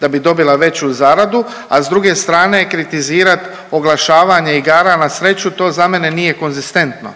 da bi dobila veću zaradu, a s druge strane kritizirat oglašavanje igara na sreću, to za mene nije konzistentno.